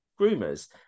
groomers